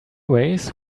ways